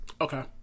Okay